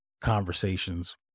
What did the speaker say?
conversations